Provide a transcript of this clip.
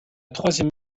troisième